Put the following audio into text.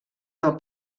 del